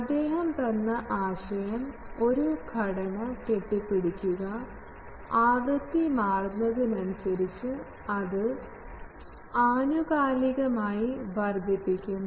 അദ്ദേഹം തന്ന ആശയം ഒരു ഘടന കെട്ടിപ്പടുക്കുക ആവൃത്തി മാറുന്നതിനനുസരിച്ച് അത് ആനുകാലികമായി വർദ്ധിപ്പിക്കും